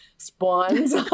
Spawns